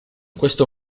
questo